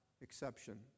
exception